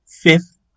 fifth